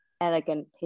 elegant